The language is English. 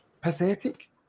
pathetic